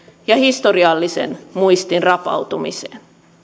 ja historiallisen muistin rapautumiseen